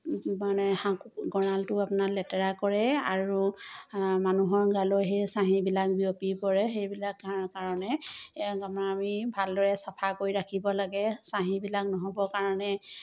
মানে হাঁহ গঁৰালটো আপোনাৰ লেতেৰা কৰে আৰু মানুহৰ গালৈ সেই চাঁহিবিলাক বিয়পি পৰে সেইবিলাক কাৰ কাৰণে আমি ভালদৰে চাফা কৰি ৰাখিব লাগে চাঁহিবিলাক নহ'ব কাৰণে